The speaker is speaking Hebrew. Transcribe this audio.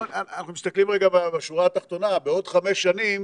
לא, אנחנו מסתכלים בשורה התחתונה, בעוד חמש שנים,